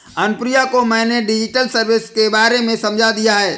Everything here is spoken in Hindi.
अनुप्रिया को मैंने डिजिटल सर्विस के बारे में समझा दिया है